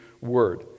word